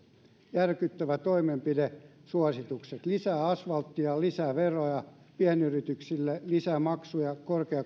järkyttävät toimenpidesuositukset lisää asfalttia lisää veroja pienyrityksille lisää maksuja